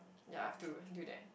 ya I have to do that